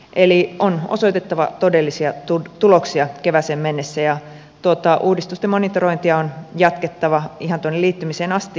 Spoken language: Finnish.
eli on osoitettava todellisia tuloksia kevääseen mennessä ja tuota uudistusten monitorointia on jatkettava ihan tuonne liittymiseen asti